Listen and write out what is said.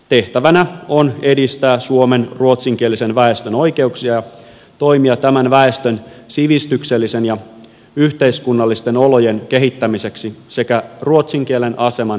tehtävänä on edistää suomen ruotsinkielisen väestön oikeuksia ja toimia tämän väestön sivistyksellisten ja yhteiskunnallisten olojen kehittämiseksi sekä ruotsin kielen aseman edistämiseksi